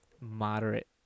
moderate